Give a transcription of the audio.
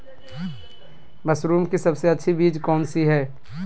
Mushroom की सबसे अच्छी बीज कौन सी है?